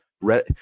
Red